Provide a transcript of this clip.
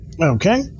Okay